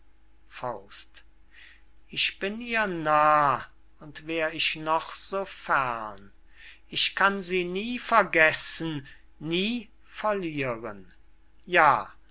schon ich bin ihr nah und wär ich noch so fern ich kann sie nie vergessen nie verlieren ja